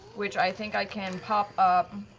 which i think i can pop up